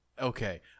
Okay